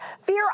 Fear